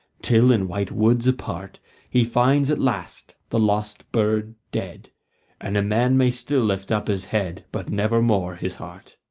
till in white woods apart he finds at last the lost bird dead and a man may still lift up his head but never more his heart.